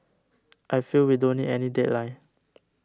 I feel we don't need any deadline